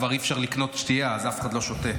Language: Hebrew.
כבר אי-אפשר לקנות שתייה אז אף אחד לא שותה.